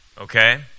okay